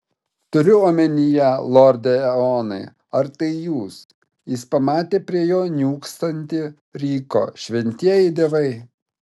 turiu omenyje lorde eonai ar tai jūs jis pamatė prie jo niūksantį ryko šventieji dievai